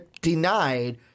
denied